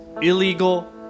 illegal